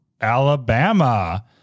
Alabama